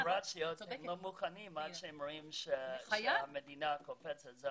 גם הפדרציות לא מוכנות לתת עד שיראו שגם המדינה נותנת.